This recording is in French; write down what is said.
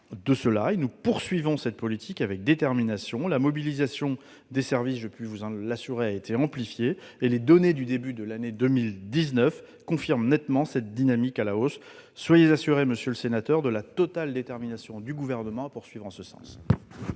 pas et nous poursuivons cette politique avec détermination. La mobilisation des services a été amplifiée et les données du début de l'année 2019 confirment nettement cette dynamique à la hausse. Soyez assuré, monsieur le sénateur, de la totale détermination du Gouvernement à poursuivre en ce sens.